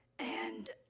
and,